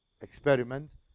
experiments